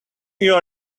your